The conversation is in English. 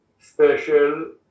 special